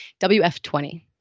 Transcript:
WF20